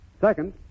Second